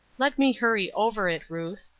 let me hurry over it, ruth.